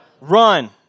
Run